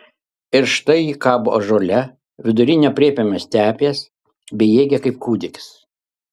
ir štai ji kabo ąžuole vidury neaprėpiamos stepės bejėgė kaip kūdikis